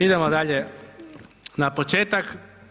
Idemo dalje na početak.